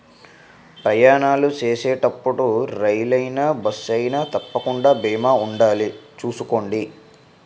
ప్రయాణాలు చేసేటప్పుడు రైలయినా, బస్సయినా తప్పకుండా బీమా ఉండాలి చూసుకోండి